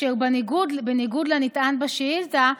ובניגוד לנטען בשאילתה,